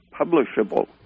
publishable